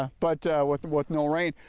ah but with with no rain.